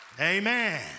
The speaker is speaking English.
Amen